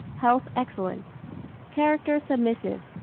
health excellent character submissive,